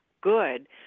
good